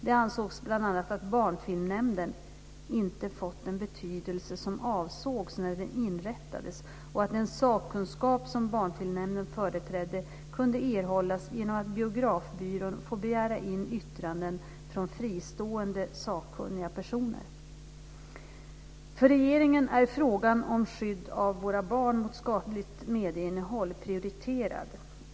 Det ansågs bl.a. att barnfilmnämnden inte fått den betydelse som avsågs när den inrättades och att den sakkunskap som barnfilmnämnden företrädde kunde erhållas genom att Biografbyrån får begära in yttranden från fristående sakkunniga personer. För regeringen är frågan om skydd av våra barn mot skadligt medieinnehåll prioriterad.